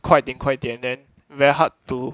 快点快点 then very hard to